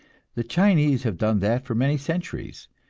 the chinese have done that for many centuries,